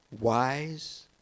wise